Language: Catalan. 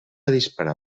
disparar